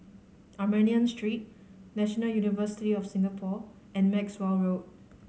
Armenian Street National University of Singapore and Maxwell Road